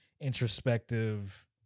introspective